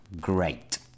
Great